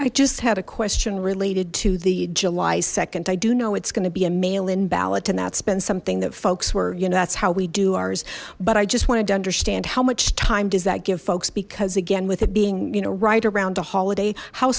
i just had a question related to the july nd i do know it's gonna be a mail in ballot and that's been something that folks were you know that's how we do ours but i just wanted to understand how much time does that give folks because again with it being you know right around a holiday how